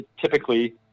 typically